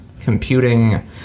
computing